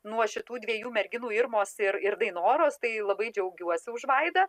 nuo šitų dviejų merginų irmos ir ir dainoros tai labai džiaugiuosi už vaidą